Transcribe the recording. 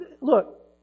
Look